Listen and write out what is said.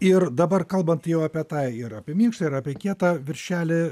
ir dabar kalbant jau apie tą ir apie minkštą ir apie kietą viršelį